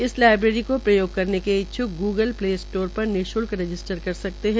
इस लाईब्रेरी को प्रयोग करने के इच्छ्क ग्गल प्ले स्टोर पर निश्ल्क रजिस्टर कर सकते है